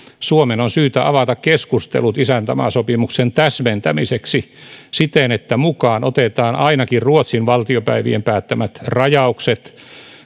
suomen on syytä avata keskustelut isäntämaasopimuksen täsmentämiseksi siten että mukaan otetaan ainakin ruotsin valtiopäivien päättämät rajaukset